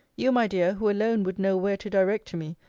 you, my dear, who alone would know where to direct to me,